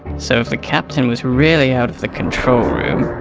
so if the captain was really out of the control room,